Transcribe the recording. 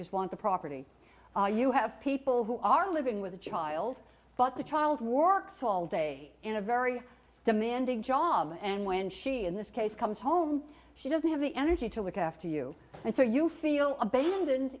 just want the property you have people who are living with a child but the child warks all day in a very demanding job and when she in this case comes home she doesn't have the energy to look after you and so you feel abandoned